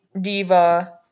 diva